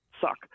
suck